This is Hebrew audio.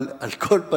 על כל פנים,